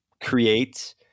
create